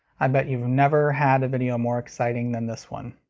i bet you've never had a video more exciting than this one.